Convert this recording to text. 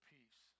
Peace